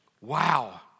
Wow